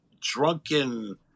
drunken